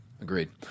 Agreed